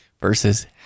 Versus